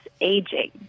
aging